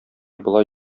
болай